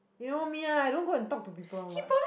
you know me eh I don't go and talk to people [one] [what]